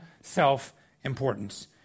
self-importance